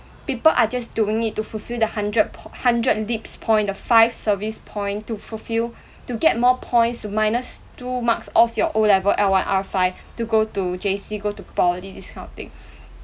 people are just doing it to fulfil the hundred poi~ hundred dips point the five service point to fulfil to get more points to minus two marks of your O level L one R five to go to J_C go to poly this kind of thing